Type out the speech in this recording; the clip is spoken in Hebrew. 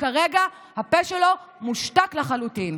שכרגע הפה שלו מושתק לחלוטין.